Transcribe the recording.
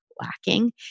lacking